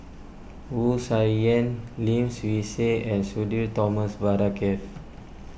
Wu Tsai Yen Lim Swee Say and Sudhir Thomas Vadaketh